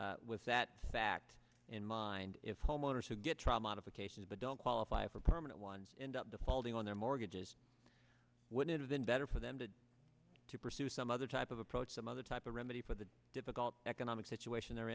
permanent with that fact in mind if homeowners who get trial modifications but don't qualify for permanent ones end up defaulting on their mortgages would've been better for them to to pursue some other type of approach some other type of remedy for the difficult economic situation they're